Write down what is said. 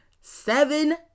seven